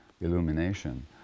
illumination